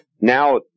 Now